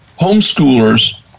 homeschoolers